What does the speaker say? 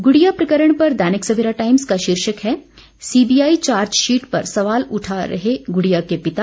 गुड़िया प्रकरण पर दैनिक सवेरा टाईम्स का शीर्षक है सीबीआई चार्जशीट पर सवाल उठा रहे गुड़िया के पिता